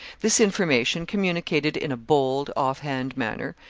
this information, communicated in a bold, off-hand manner,